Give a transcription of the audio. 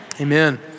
Amen